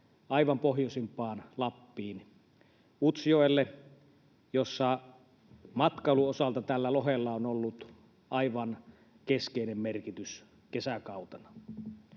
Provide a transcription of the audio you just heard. aivan pohjoisimpaan Lappiin Utsjoelle, jossa matkailun osalta lohella on ollut aivan keskeinen merkitys kesäkautena.